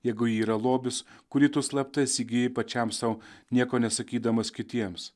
jeigu yra lobis kurį tu slapta įsigyji pačiam sau nieko nesakydamas kitiems